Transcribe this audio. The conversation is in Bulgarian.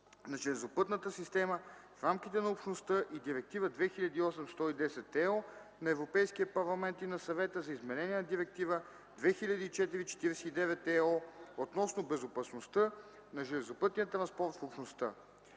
на железопътната система в рамките на Общността и Директива 2008/110/ЕО на Европейския парламент и на Съвета за изменение на Директива 2004/49/ЕО относно безопасността на железопътния транспорт в Общността.